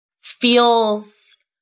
feels